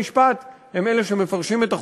ובתי-המשפט הם שמפרשים את החוקים,